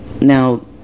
Now